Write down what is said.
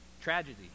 tragedy